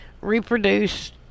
reproduce